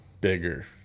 bigger